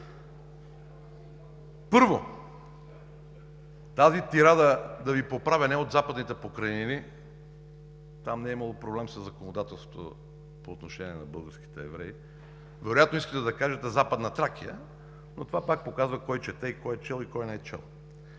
Първо, да Ви поправя. Тази тирада не е от Западните покрайнини, там не е имало проблем със законодателството по отношение на българските евреи, вероятно искате да кажете Западна Тракия. Но това пак показва кой чете, кой е чел и кой не е чел.